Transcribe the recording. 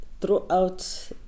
Throughout